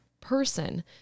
person